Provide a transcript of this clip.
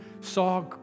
saw